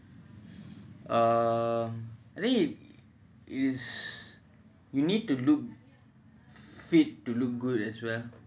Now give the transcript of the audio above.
um I think it's you need to look fit to look good as well because